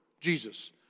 Jesus